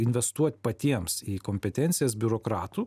investuot patiems į kompetencijas biurokratų